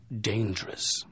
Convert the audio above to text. dangerous